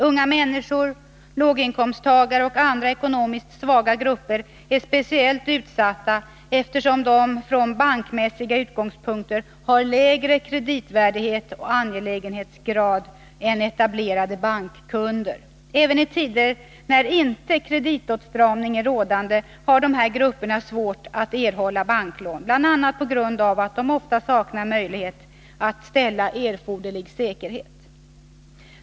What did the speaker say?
Unga människor, låginkomsttagare och andra ekonomiskt svaga grupper är speciellt utsatta eftersom de från bankmässiga utgångspunkter har lägre kreditvärdighet och angelägenhetsgrad än etablerade bankkunder. Även i tider när inte kreditåtstramning är rådande har dessa grupper svårt att erhålla banklån, bland annat på grund av att de ofta saknar möjlighet att ställa erforderlig säkerhet.